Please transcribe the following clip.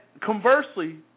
conversely